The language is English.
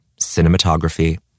Cinematography